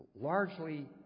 largely